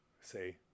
say